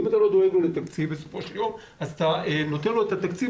אם אתה לא דואג לו לתקציב אז אתה נותן לו את התקציב